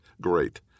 Great